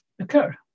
occur